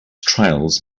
trials